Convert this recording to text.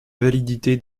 validité